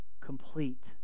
complete